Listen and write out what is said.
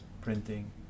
printing